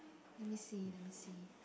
let me see let me see